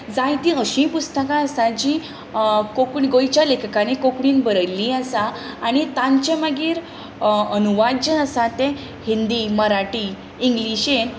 जायतीं अशींय पुस्तकां आसात जीं गोंयच्या लेखकांनी कोंकणींत बरयल्लीं आसता आनी तांचें मागीर अनुवाद जे आसा ते हिंदी मराठी इंग्लिशीन